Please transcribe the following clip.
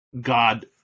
God